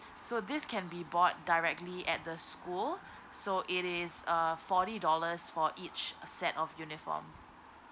so this can be bought directly at the school so it is uh forty dollars for each set of uniform